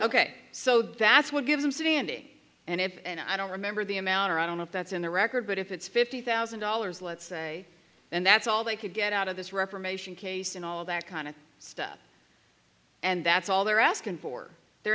ok so that's what gives him city ending and if and i don't remember the amount or i don't know if that's in the record but if it's fifty thousand dollars let's say and that's all they could get out of this reformation case and all that kind of stuff and that's all they're asking for they're